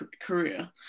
career